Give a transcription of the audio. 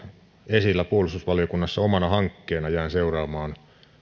esillä puolustusvaliokunnassa omana hankkeenaan jään seuraamaan